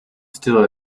still